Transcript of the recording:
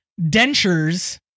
dentures